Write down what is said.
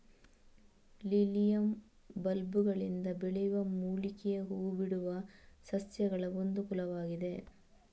lilium ಬಲ್ಬುಗಳಿಂದ ಬೆಳೆಯುವ ಮೂಲಿಕೆಯ ಹೂ ಬಿಡುವ ಸಸ್ಯಗಳಒಂದು ಕುಲವಾಗಿದೆ